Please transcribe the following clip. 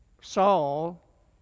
saul